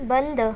बंद